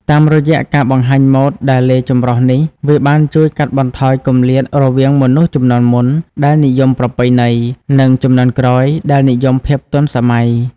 តាមរយៈការបង្ហាញម៉ូដដែលលាយចម្រុះនេះ វាបានជួយកាត់បន្ថយគម្លាតរវាងមនុស្សជំនាន់មុនដែលនិយមប្រពៃណី និងជំនាន់ក្រោយដែលនិយមភាពទាន់សម័យ។